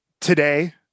today